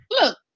look